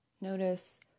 Notice